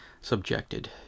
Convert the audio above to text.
subjected